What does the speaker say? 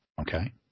Okay